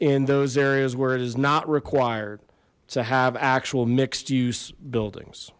in those areas where it is not required to have actual mixed use buildings